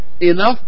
enough